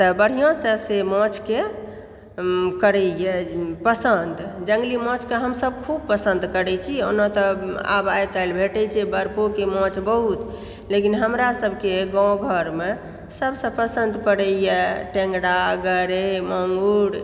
तऽ बढ़िऑं सऽ से माछ के करै यऽ पसन्द जंगली माछके हमसब खूब पसन्द करै छी ओना तऽ आब आइकाल्हि भेटै छै बर्फो के माछ बहुत लेकिन हमरा सबके गाँव घरमे सब सऽ पसन्द पड़ैया टेंगरा गरइ मांगुर